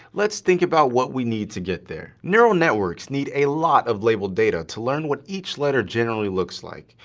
let's think about what we need to get there. neural networks need a lot of labeled data to learn what each letter generally looks like.